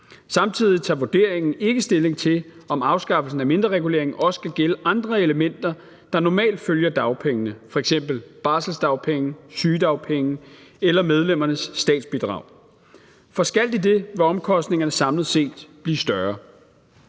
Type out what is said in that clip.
Samtidig tager vurderingen ikke stilling til, om afskaffelsen af mindreregulering også skal gælde andre elementer, der normalt følger dagpengene, f.eks. barselsdagpenge, sygedagpenge eller medlemmernes statsbidrag. For skal de det, vil omkostningerne samlet set blive større.